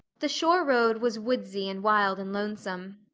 the shore road was woodsy and wild and lonesome.